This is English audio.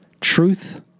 truth